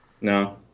No